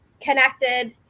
connected